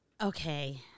Okay